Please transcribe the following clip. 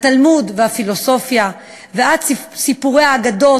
התלמוד והפילוסופיה ועד סיפורי האגדות,